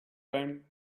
band